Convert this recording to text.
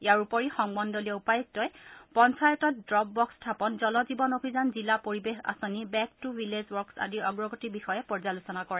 ইয়াৰ উপৰি সংমণ্লীয় উপায়ুক্তই পঞ্চায়তত ডুপ বক্স স্থাপন জলজীৱন অভিযান জিলা পৰিৱেশ আঁচনি বেক্ টু ভিলেজ ৱৰ্কচ্ আদিৰ অগ্ৰগতিৰ বিষয়ে পৰ্যালোচনা কৰে